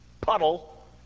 puddle